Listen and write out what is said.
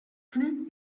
plus